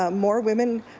ah more women